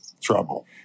trouble